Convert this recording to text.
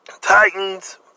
Titans